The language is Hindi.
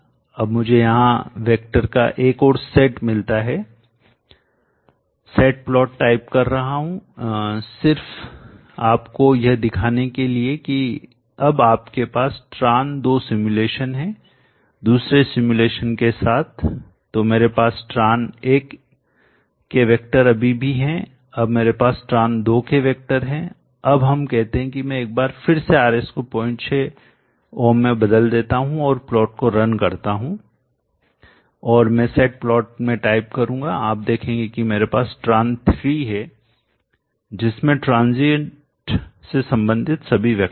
अब मुझे यहाँ वैक्टर का एक और सेट मिलता है सेट प्लॉट टाइप कर रहा हूं सिर्फ आपको यह दिखाने के लिए कि अब आपके पास tran दो सिमुलेशन है दूसरे सिमुलेशन के साथ तो मेरे पास Tran एक के वैक्टर अभी भी हैं अब मेरे पास Tran दो के वैक्टर हैं अब हम कहते हैं मैं एक बार फिर से RS को 06 ओम में बदल देता हूं और प्लॉट को रन करता हूं और मैं सेट प्लॉट में टाइप करूंगा आप देखेंगे कि मेरे पास Tran 3 है जिसमें ट्रांसिट पारगमन से संबंधित सभी वैक्टर हैं